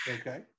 Okay